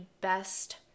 best